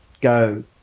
go